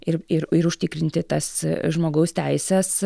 ir ir ir užtikrinti tas žmogaus teises